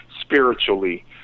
spiritually